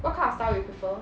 what kind of style you prefer